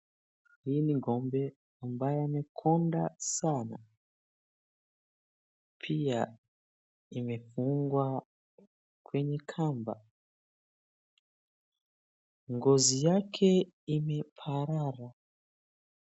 Hii ni ng'ombe ambaye amekonda sana. Pia imefungwa kwenye kamba. Ngozi yake imeparara.